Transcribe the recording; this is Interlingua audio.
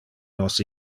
nos